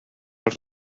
els